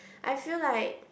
I feel like